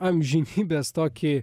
amžinybės tokį